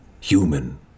human